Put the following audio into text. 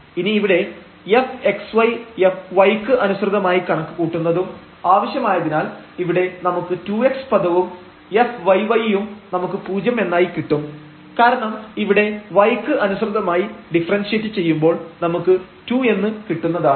ഇനി ഇവിടെ fxy y ക്ക് അനുസൃതമായി കണക്ക് കൂട്ടുന്നതും ആവശ്യമായതിനാൽ ഇവിടെ നമുക്ക് 2x പദവും fyy യും നമുക്ക് പൂജ്യം എന്നായി കിട്ടും കാരണം ഇവിടെ y ക്ക് അനുസൃതമായി ഡിഫറെൻഷിയേറ്റ് ചെയ്യുമ്പോൾ നമുക്ക് 2 എന്ന് കിട്ടുന്നതാണ്